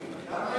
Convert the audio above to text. אדוני?